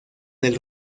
del